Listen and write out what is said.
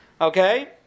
Okay